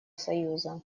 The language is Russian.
союза